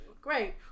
Great